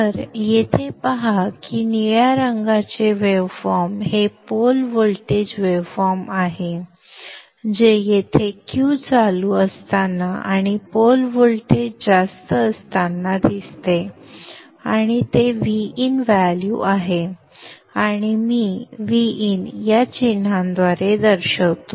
तर येथे पहा की निळ्या रंगाचे वेव्हफॉर्म हे पोल व्होल्टेज वेव्हफॉर्म आहे जे येथे Q चालू असताना आणि पोल व्होल्टेज जास्त असताना दिसते आणि ते Vin व्हॅल्यू आहे आणि मी Vin या चिन्हाद्वारे दर्शवितो